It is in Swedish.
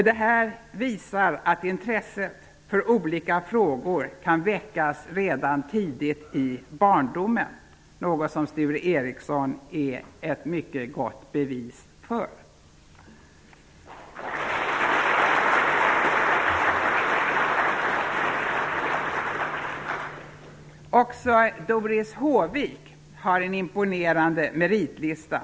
Det här visar att intresset för olika frågor kan väckas redan tidigt i barndomen, något som Sture Ericson är ett mycket gott bevis för. Också Doris Håvik har en imponerande meritlista.